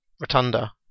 Rotunda